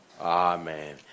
Amen